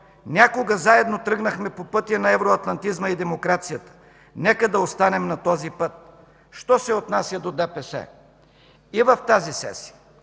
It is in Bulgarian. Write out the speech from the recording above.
Някога заедно тръгнахме по пътя на евроатлантизма и демокрацията – нека да останем на този път. Що се отнася до ДПС, и в тази сесия